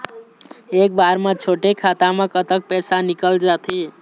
एक बार म छोटे खाता म कतक पैसा निकल जाथे?